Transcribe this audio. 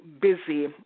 busy